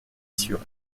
sur